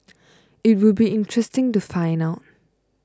it would be interesting to find out